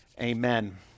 Amen